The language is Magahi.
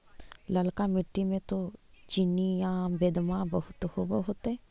ललका मिट्टी मे तो चिनिआबेदमां बहुते होब होतय?